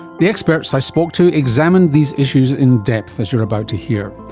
the experts i spoke to examined these issues in depth, as you're about to hear.